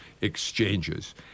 exchanges